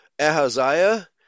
Ahaziah